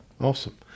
Awesome